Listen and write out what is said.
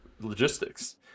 logistics